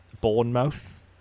Bournemouth